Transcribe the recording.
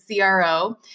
CRO